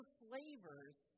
flavors